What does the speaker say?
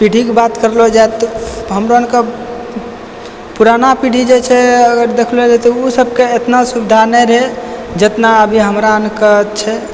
पीढ़ीके बात करलो जाइ तऽ हमरा अरके पुराना पीढ़ी जे छै अगर देखल जाइ तऽ उ सबके एतना सुविधा नहि रहै जेतना अभी हमरा अरके छै